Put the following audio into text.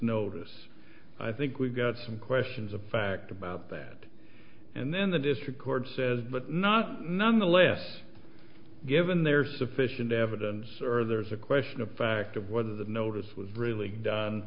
notice i think we've got some questions of fact about that and then the district court says but not nonetheless given there's sufficient evidence or there's a question of fact of whether the notice was really